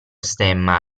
stemma